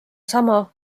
sama